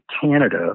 Canada